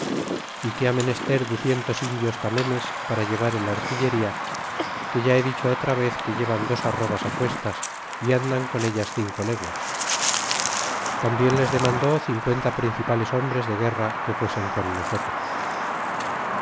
é que ha menester ducientos indios tamemes para llevar el artillería que ya he dicho otra vez que llevan dos arrobas cuestas é andan con ellas cinco leguas y tambien les demandó cincuenta principales hombres de guerra que fuesen con nosotros